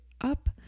up